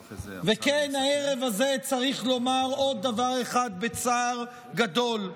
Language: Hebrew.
וכן, הערב הזה צריך לומר עוד דבר אחד בצער גדול.